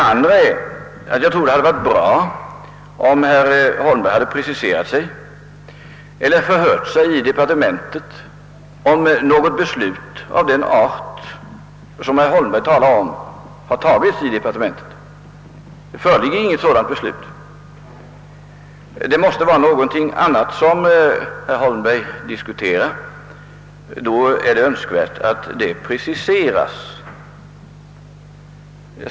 Jag tror också att det hade varit bra om herr Holmberg hade preciserat frågan eller förhört sig i departementet, om något beslut av den art herr Holmberg talar om har fattats i departementet. Det föreligger inte något sådant beslut. Det måste vara någonting annat som herr Holmberg diskuterar, och då är det önskvärt att detta preciseras.